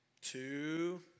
two